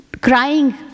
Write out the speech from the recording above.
crying